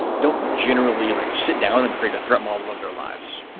don't generally like sit down and create a threat model of their lives.